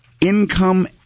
income